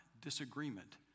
disagreement